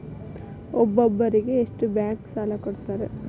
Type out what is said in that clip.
ಒಬ್ಬರಿಗೆ ಎಷ್ಟು ಬ್ಯಾಂಕ್ ಸಾಲ ಕೊಡ್ತಾರೆ?